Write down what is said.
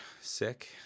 sick